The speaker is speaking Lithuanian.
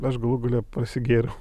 aš galų gale prasigėriau